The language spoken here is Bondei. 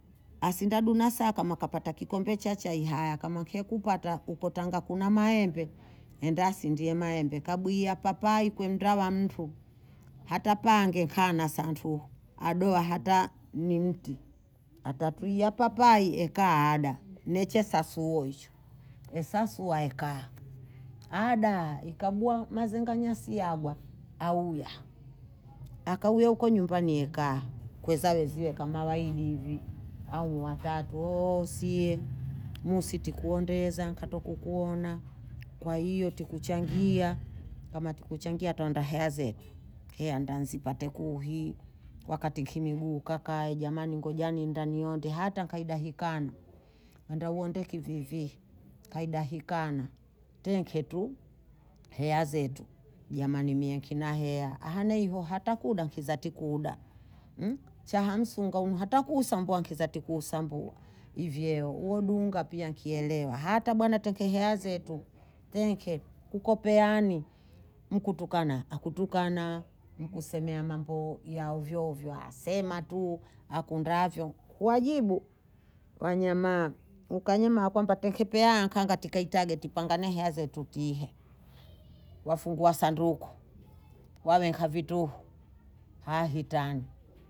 asindadunasaha kama kapata kikombe cha chai haya kama nkyekupata, tanga kuna maembe enda asindie maembe kabwiya papai kwenda mwa mfu hata npange nkana santuhu adoa hata ni mti atatwia papai ekaa ada nechasasuochi ensasu aekaa adaa ekagua mazenganyesiada auya, akauya uko nyumbani ekaa kweza wezie kama waidi hivi au watatu oo sie musitikuondeza katukukuona, kwa hiyo tukuchangia, kama tukuchangia tuandahe hea zetu, hea ntazipate kuvii wakati nkiniuakakae jamani ngoja ngenda nionde hata nkahida inkande henda uondoke vivii nkahida ikande tenke tu hea zetu jamani mie nkina hea ahana hio hata kuda kizati kuda chahamsunga hunu hata kuusambua kizati kuusambua ivyeo uoduunga pia nkielewa hata bwana take hea zetu nteke tupokeani mkutukana akutukana nkusemea mambo ya ovyoovyo asema tu akundavyo kuwajibu, wanyamaa ukanyamaa kwamba ntekepeana nkanga tukaitage tupangane haze tutihe wafungua sanduku waweka vintuhu hahintana